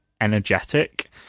Energetic